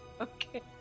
Okay